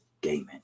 gaming